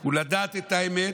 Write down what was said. הוא לדעת את האמת,